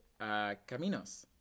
Caminos